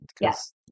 Yes